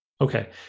Okay